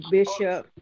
Bishop